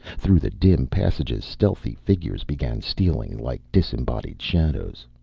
through the dim passages stealthy figures began stealing, like disembodied shadows.